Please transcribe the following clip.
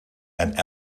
and